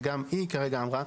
וגם היא כרגע אמרה,